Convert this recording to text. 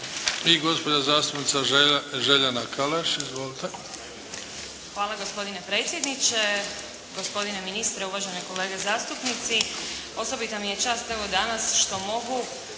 I gospođa zastupnica Željana Kalaš. Izvolite. **Podrug, Željana (HDZ)** Hvala gospodine predsjedniče. Gospodine ministre, uvažene kolege zastupnici. Osobita mi je čast evo danas što mogu